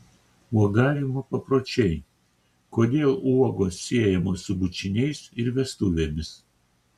uogavimo papročiai kodėl uogos siejamos su bučiniais ir vestuvėmis